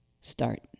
Start